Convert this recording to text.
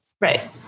Right